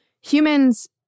humans